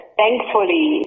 thankfully